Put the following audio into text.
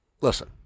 listen